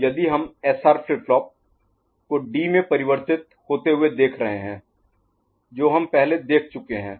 तो यदि हम SR फ्लिप फ्लॉप को D में परिवर्तित होते हुए देख रहे हैं जो हम पहले देख चुके हैं